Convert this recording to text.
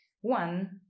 One